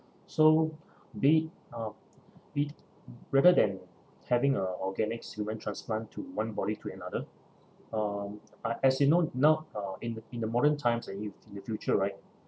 so be~ up be~ rather than having a organics human transplant to one body to another uh uh as you know uh in in the modern times and in in the future right